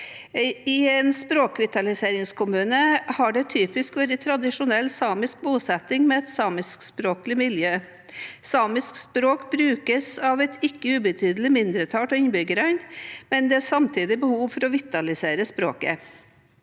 I en språkvitaliseringskommune har det typisk vært tra disjonell samisk bosetting med et samiskspråklig miljø. Samisk språk brukes av et ikke et ubetydelig mindretall av innbyggerne, men det er samtidig behov for å vitalisere språket.